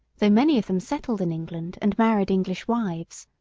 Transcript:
though many of them settled in england and married english wives.